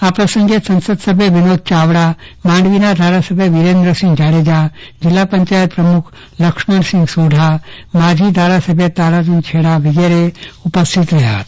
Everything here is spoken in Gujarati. આ પ્રસંગે સંસદ સભ્ય વિનોદ ચાવડા માંડવીના ધારાસભ્ય વિરેન્દ્રસિંહ જાડેજા જિલ્લા પંચાયત પ્રમુખ લક્ષ્મણસિંહ સોઢા માજી ધારાસભ્ય તારાચંદ છેડા વિગેરે ઉપસ્થિત રહ્યા હતા